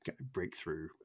breakthrough